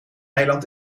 eiland